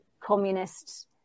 communists